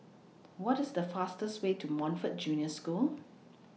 What IS The fastest Way to Montfort Junior School